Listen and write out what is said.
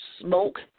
smoke